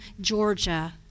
Georgia